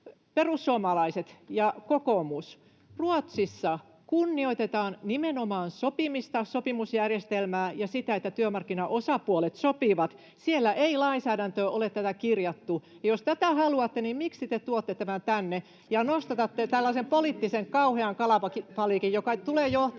perussuomalaiset ja kokoomus, Ruotsissa kunnioitetaan nimenomaan sopimista, sopimusjärjestelmää ja sitä, että työmarkkinaosapuolet sopivat. Siellä ei lainsäädäntöön ole tätä kirjattu. Ja jos tätä haluatte, niin miksi te tuotte tämän tänne ja nostatatte tällaisen kauhean poliittisen kalabaliikin, joka tulee johtamaan